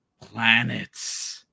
planets